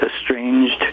estranged